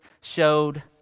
showed